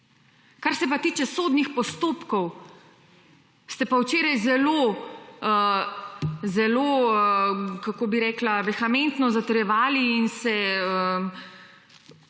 Kar se pa tiče sodnih postopkov, ste pa včeraj zelo, kako bi rekla, vehementno zatrjevali in se opravičevali